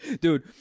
dude